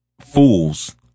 fools